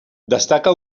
destaca